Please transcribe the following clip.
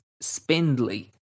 spindly